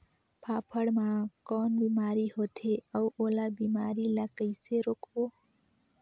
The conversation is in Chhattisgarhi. फाफण मा कौन बीमारी होथे अउ ओला बीमारी ला कइसे रोकबो?